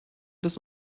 des